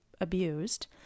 abused